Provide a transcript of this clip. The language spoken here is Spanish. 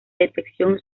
detección